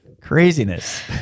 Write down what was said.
Craziness